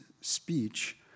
speech